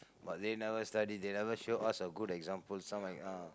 but they never study they never show us a good example some err ah